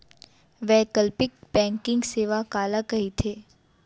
वैकल्पिक बैंकिंग सेवा काला कहिथे?